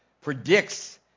predicts